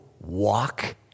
walk